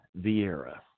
Vieira